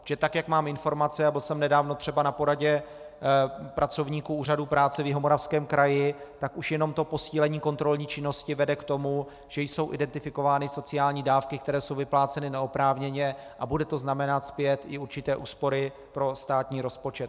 Tak jak mám informace, a byl jsem nedávno třeba na poradě pracovníků Úřadu práce v Jihomoravském kraji, tak už jenom to posílení kontrolní činnosti vede k tomu, že jsou identifikovány sociální dávky, které jsou vypláceny neoprávněně, a bude to znamenat zpět i určité úspory pro státní rozpočet.